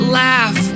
laugh